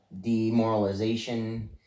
demoralization